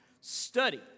study